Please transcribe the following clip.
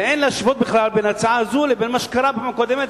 אין להשוות בכלל בין ההצעה הזאת לבין מה שקרה בפעם הקודמת,